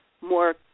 more